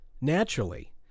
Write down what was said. Naturally